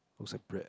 looks like bread